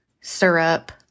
syrup